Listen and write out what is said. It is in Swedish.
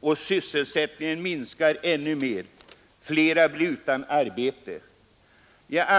och sysselsättningen minska ännu mer. Flera blir utan arbete.